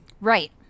Right